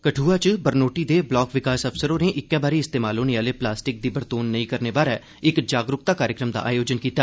कठुआ च बरनोटी दे ब्लाक विकास अफसर होरें इक्कै बारी इस्तेमाल होने आले प्लास्टिक दे नेई इस्तेमाल करने बारै जागरूकता कार्यक्रम दा आयोजन कीता